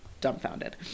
dumbfounded